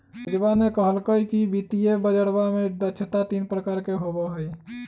पूजवा ने कहल कई कि वित्तीय बजरवा में दक्षता तीन प्रकार के होबा हई